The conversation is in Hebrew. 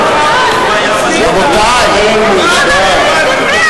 הוא לא הספיק?